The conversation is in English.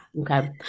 Okay